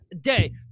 day